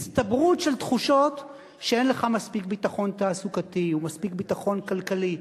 הצטברות של תחושות שאין לך מספיק ביטחון תעסוקתי או מספיק ביטחון כלכלי,